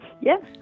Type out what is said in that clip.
yes